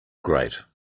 great